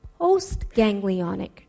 postganglionic